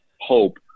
hope